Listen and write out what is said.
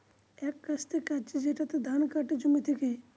এক কাস্তে কাঁচি যেটাতে ধান কাটে জমি থেকে